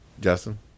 Justin